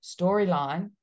storyline